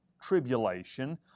tribulation